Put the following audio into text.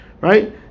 Right